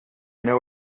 know